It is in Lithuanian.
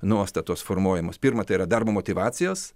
nuostatos formuojamos pirma tai yra darbo motyvacijos